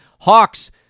Hawks